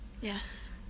Yes